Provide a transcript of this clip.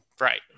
right